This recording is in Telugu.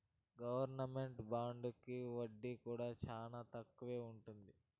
గవర్నమెంట్ బాండుకి వడ్డీ కూడా చానా తక్కువే ఉంటది